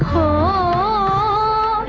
oh.